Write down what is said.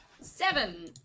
Seven